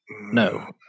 No